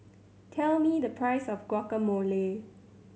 tell me the price of Guacamole